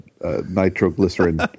nitroglycerin